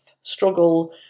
struggle